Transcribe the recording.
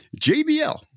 JBL